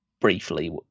briefly